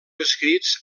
escrits